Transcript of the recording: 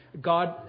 God